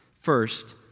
first